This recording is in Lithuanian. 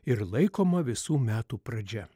ir laikoma visų metų pradžia